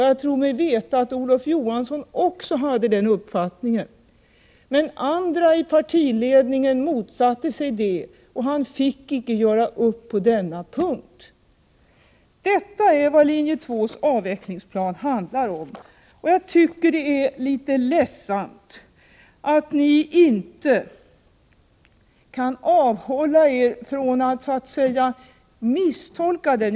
Jag tror mig veta att Olof Johansson också hade den uppfattningen. Men andra i partiledningen motsatte sig det och han fick icke göra upp på denna punkt. Detta är vad linje 2:s avvecklingsplan handlar om. Jag tycker det är litet ledsamt att ni inte kan avhålla er från att misstolka den.